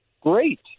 Great